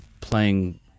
playing